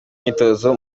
myitozo